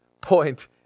point